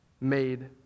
made